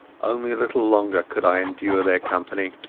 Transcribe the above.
only a little longer could i endure their company.